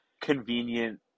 convenient